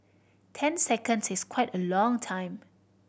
ten seconds is quite a long time